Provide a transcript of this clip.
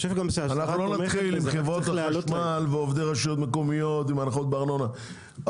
אנחנו לא נתחיל בחברות חשמל ועובדי רשויות מקומיות עם הנחות בארנונה,